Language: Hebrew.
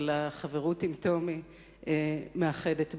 אבל החברות עם טומי מאחדת ביניהם.